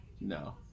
No